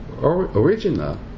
original